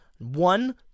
One